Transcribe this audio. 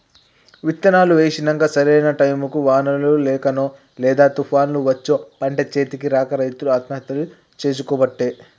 విత్తనాలు వేశినంక సరైన టైముకు వానలు లేకనో లేదా తుపాన్లు వచ్చో పంట చేతికి రాక రైతులు ఆత్మహత్యలు చేసికోబట్టే